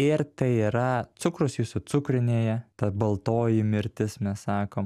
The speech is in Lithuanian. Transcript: ir tai yra cukrus jūsų cukrinėje ta baltoji mirtis mes sakom